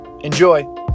Enjoy